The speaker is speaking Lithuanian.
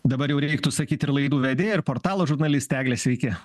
dabar jau reiktų sakyt ir laidų vedėja ir portalo žurnalistė egle sveiki